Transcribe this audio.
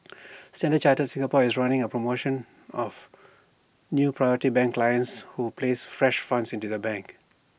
standard chartered Singapore is running A promotion of new priority banking clients who places fresh funds into the bank